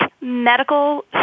medical